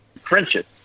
friendship